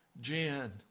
Jan